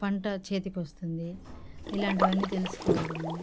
పంట చేతికొస్తుంది ఇలాంటివన్నీ తెలుసుకోవడము